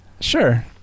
Sure